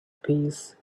peace